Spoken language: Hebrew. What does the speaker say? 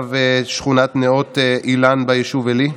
תושב שכונות נאות אילן ביישוב עלי,